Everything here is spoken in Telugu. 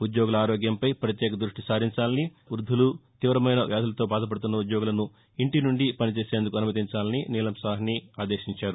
ఉద్యోగుల ఆరోగ్యంపై ప్రత్యేక దృష్టి సారించాలని గర్భిణుల వృద్దులు తీవమైన వ్యాధులతో బాధపడుతున్న ఉద్యోగులను ఇంటి నుంచి పనిచేసేందుకు అనుమతించాలని నీలం సాహ్ని ఆదేశించారు